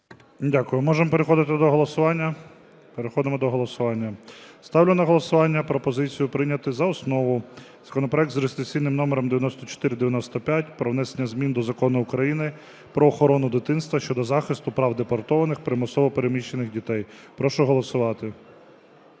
Дякую. Можемо переходити до голосування? Переходимо до голосування. Ставлю на голосування пропозицію прийняти за основу законопроект за реєстраційним номером 9495 про внесення змін до Закону України "Про охорону дитинства" щодо захисту прав депортованих, примусово переміщених дітей. Прошу голосувати.